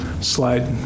Slide